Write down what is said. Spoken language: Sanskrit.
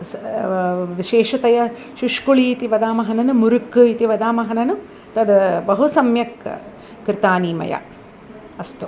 स् विशेषतया शुष्कुळी इति वदामः ननु मुरुक् इति वदामः ननु तद् बहु सम्यक् कृतानि मया अस्तु